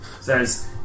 says